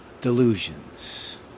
delusions